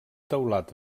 teulat